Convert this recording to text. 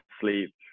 sleep